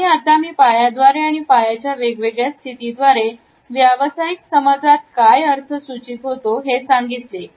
आणि आता मी पाया द्वारे आणि पायाचा वेगवेगळ्या स्थितीत द्वारे व्यावसायिक समाजात काय अर्थ सूचित होतो हे सांगितले